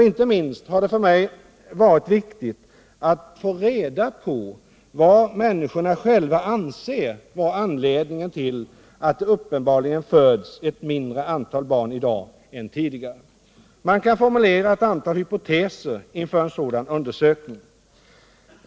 Inte minst har det för mig varit viktigt att få reda på vad människorna själva anser vara anledningen till att det uppenbarligen föds ett mindre antal barn i dag än tidigare. Man kan formulera ett antal hypoteser inför en sådan undersökning.